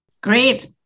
Great